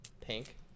pink